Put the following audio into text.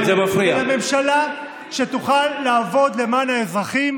אלא ממשלה שתוכל לעבוד למען האזרחים,